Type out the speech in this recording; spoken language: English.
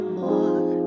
more